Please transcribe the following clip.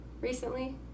recently